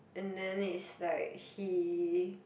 and then is like he